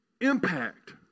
impact